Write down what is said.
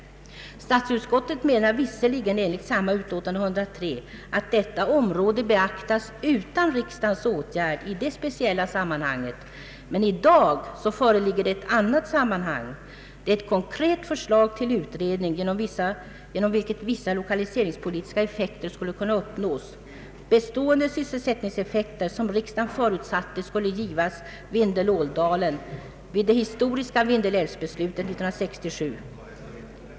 Statsutskottet menar visserligen enligt samma utlåtande, nr 103, att detta område beaktas utan riksdagens åtgärd i det speciella sammanhanget. Men i dag föreligger ett annat sammanhang — ett konkret förslag till utredning, genom vilket vissa lokaliseringspolitiska effekter skulle kunna uppnås. Det är fråga om bestående sysselsättningseffekter som riksdagen förutsatte skulle givas Vindelådalen vid det historiska Vindelälvsbeslutet år 1967.